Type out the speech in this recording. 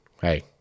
Hey